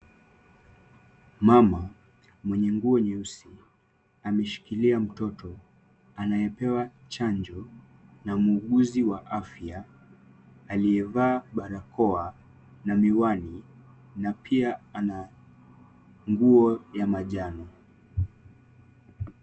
Mama mwenye nguo nyeusi, ameshikilia mtoto anayepewa chanjo na muuguzi wa afya aliyevaa barakoa na miwani na pia ana nguo ya manjano.